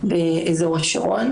באזור השרון,